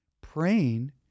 Praying